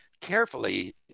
carefully